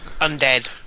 Undead